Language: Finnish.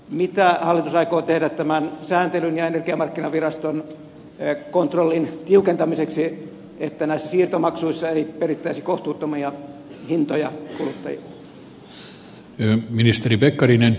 mitä hallitus aikoo tehdä tämän sääntelyn ja energiamarkkinaviraston kontrollin tiukentamiseksi että näissä siirtomaksuissa ei perittäisi kohtuuttomia hintoja kuluttajilta